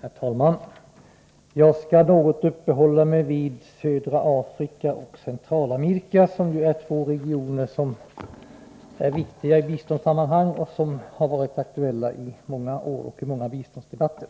Herr talman! Jag skall något uppehålla mig vid södra Afrika och Centralamerika, två regioner som är viktiga i biståndssammanhang och som har varit aktuella i många år och i många biståndsdebatter.